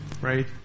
Right